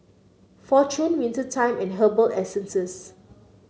Fortune Winter Time and Herbal Essences